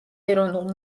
ეროვნულ